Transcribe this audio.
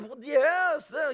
Yes